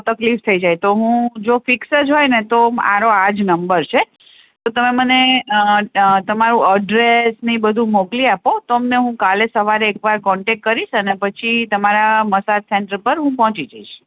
તકલીફ થઈ જાય તો હું જો ફિક્સ જ હોય ને તો મારો આ જ નંબર છે તો તમે મને તમારું અડ્રેસ ને એ બધું મોકલી આપો તમને હું કાલે સવારે એકવાર કોન્ટેક કરીશ અને પછી તમારા મસાજ સેન્ટર પર હું પહોંચી જઈશ